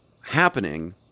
happening